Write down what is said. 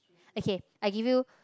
okay I give you